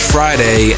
Friday